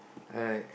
alright